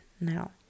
now